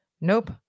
Nope